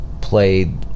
played